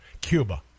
Cuba